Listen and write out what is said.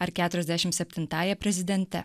ar keturiasdešim septintąja prezidente